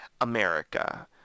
america